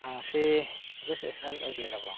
ꯑꯥ ꯁꯤ police station ꯑꯣꯏꯕꯤꯔꯕꯣ